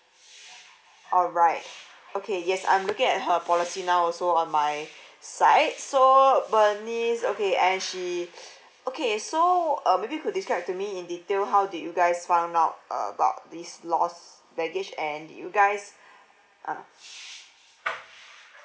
alright okay yes I'm looking at her policy now also on my side so bernice okay and she okay so uh maybe could describe to me in detail how did you guys found out about this lost baggage and did you guys ah